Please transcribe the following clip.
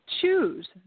choose